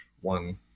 one